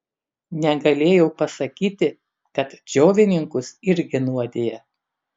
negalėjau pasakyti kad džiovininkus irgi nuodija